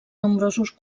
nombrosos